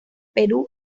perú